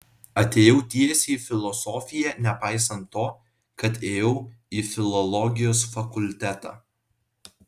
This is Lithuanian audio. atėjau tiesiai į filosofiją nepaisant to kad ėjau į filologijos fakultetą